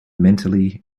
mentally